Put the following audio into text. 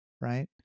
right